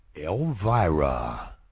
Elvira